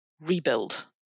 rebuild